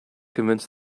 convince